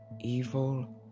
evil